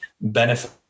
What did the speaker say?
benefit